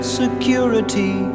security